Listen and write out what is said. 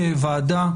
כוועדה,